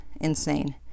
Insane